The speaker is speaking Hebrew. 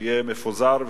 ושיהיה מפוזר,